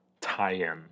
tie-in